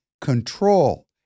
control